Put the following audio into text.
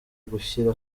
gushyira